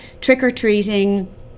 trick-or-treating